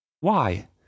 Why